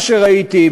מה שראיתי,